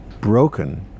broken